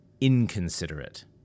inconsiderate